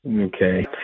Okay